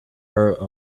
her